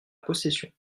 possession